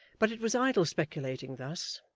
but it was idle speculating thus.